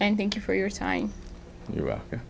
and thank you for your time you're